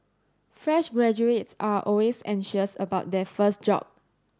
fresh graduates are always anxious about their first job